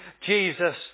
Jesus